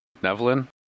Nevlin